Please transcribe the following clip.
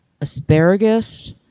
asparagus